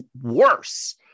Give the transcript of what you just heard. worse